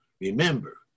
remember